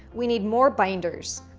we need more binders.